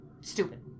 Stupid